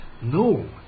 No